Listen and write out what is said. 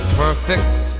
perfect